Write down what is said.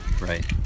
Right